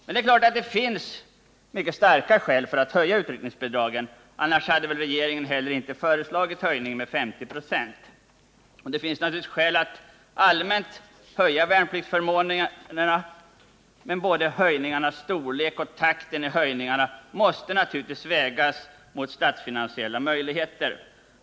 Men det är klart att det finns starka skäl för att höja utryckningsbidragen — annars hade regeringen inte heller föreslagit en höjning med 50 ?,. Det finns skäl att allmänt höja värnpliksförmånerna, men både höjningarnas storlek och takten i höjningarna måste vägas mot våra statsfinansiella möjligheter.